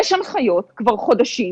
יש הנחיות כבר חודשים,